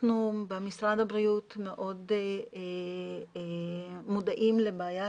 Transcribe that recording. אנחנו במשרד הבריאות מאוד מודעים לבעיית